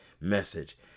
message